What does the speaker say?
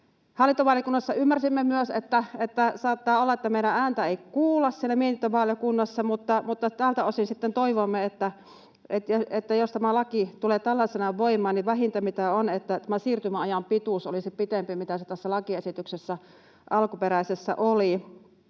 Hallintovaliokunnassa ymmärsimme myös, että saattaa olla, että meidän ääntä ei kuulla siellä mietintövaliokunnassa, mutta tältä osin sitten toivomme, että jos tämä laki tulee tällaisenaan voimaan, niin vähintä on, että tämän siirtymäajan pituus olisi pitempi kuin mitä se tässä alkuperäisessä lakiesityksessä oli.